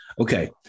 Okay